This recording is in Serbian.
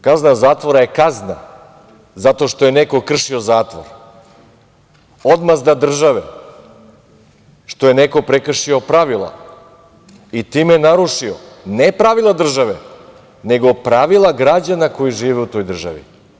Kazna zatvora je kazna, zato što je neko kršio zatvor, odmazda države što je neko prekršio pravila i time narušio ne pravila države, nego pravila građana koji žive u toj državi.